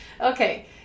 Okay